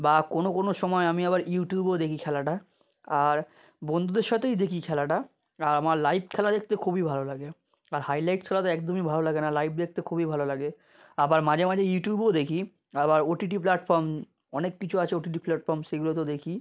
বা কোনও কোনও সময় আমি আবার ইউটিউবেও দেখি খেলাটা আর বন্ধুদের সাথেই দেখি খেলাটা আর আমার লাইভ খেলা দেখতে খুবই ভালো লাগে আর হাইলাইটস খেলা তো একদমই ভালো লাগে না লাইভ দেখতে খুবই ভালো লাগে আবার মাঝে মাঝে ইউটিউবেও দেখি আবার ওটিটি প্ল্যাটফর্ম অনেক কিছু আছে ওটিটি প্ল্যাটফর্ম সেগুলোতেও দেখি